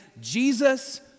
Jesus